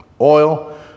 oil